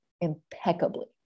impeccably